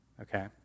okay